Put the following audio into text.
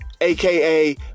aka